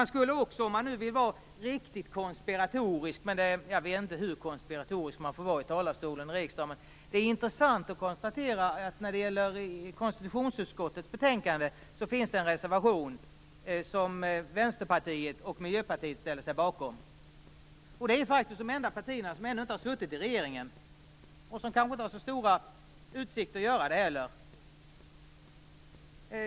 Sedan vet jag inte hur konspiratorisk man får lov att vara i riksdagens talarstol, men det är intressant att konstatera att det till konstitutionsutskottets betänkande finns en reservation som Vänsterpartiet och Miljöpartiet ställer sig bakom. Det är faktiskt de enda partierna som ännu inte har suttit i regeringen och som kanske inte har så stora utsikter att göra det heller.